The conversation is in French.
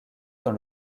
dans